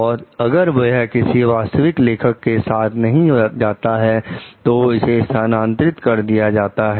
और अगर यह किसी वास्तविक लेखक के साथ नहीं जाता है तो इसे स्थानांतरित कर दिया जाता है